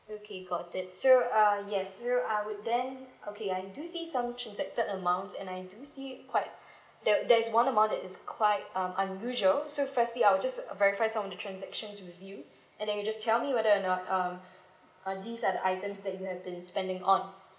okay got it so uh yes so uh would then okay I do see some transacted amounts and I do see quite there there's one more that is quite um unusual so firstly I will just verify some transactions with you and then you just tell me whether or not um are these are the items that you have been spending on